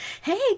hey